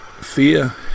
Fear